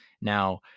now